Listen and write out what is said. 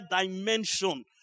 dimension